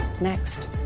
next